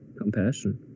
compassion